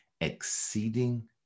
exceeding